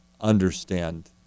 understand